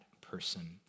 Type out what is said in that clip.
person